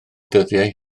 dyddiau